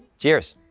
cheers.